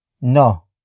NO